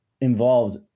involved